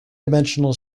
dimensional